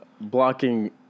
Blocking